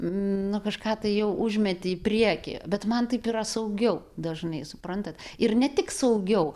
nu kažką tai jau užmeti į priekį bet man taip yra saugiau dažnai suprantat ir ne tik saugiau